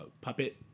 puppet